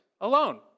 alone